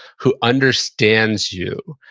who understands you,